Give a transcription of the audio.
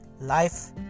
life